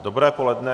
Dobré poledne.